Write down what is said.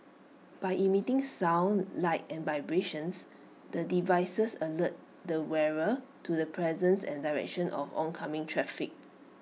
by emitting sound light and vibrations the devices alert their wearer to the presence and direction of oncoming traffic